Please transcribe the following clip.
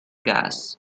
gas